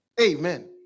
Amen